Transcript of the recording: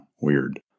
weird